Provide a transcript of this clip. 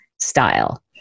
style